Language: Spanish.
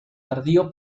tardío